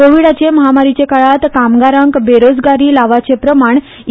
कोव्हीडाचे म्हामारीचे काळांत कामगारांक बेरोजगारी लावाचे प्रमाण इ